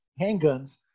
handguns